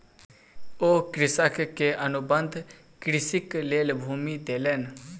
ओ कृषक के अनुबंध कृषिक लेल भूमि देलैन